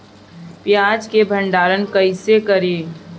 प्याज के भंडारन कईसे करी?